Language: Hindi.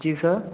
जी सर